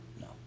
no